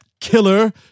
killer